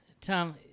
Tom